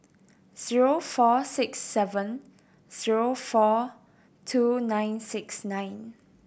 zero four six seven zero four two nine six nine